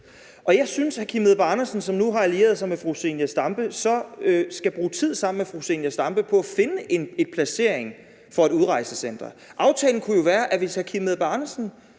Jeg synes, at hr. Kim Edberg Andersen, som nu har allieret sig med fru Zenia Stampe, så skal bruge tid sammen med fru Zenia Stampe på at finde en placering for et udrejsecenter. Aftalen kunne jo være, at hvis hr. Kim Edberg Andersen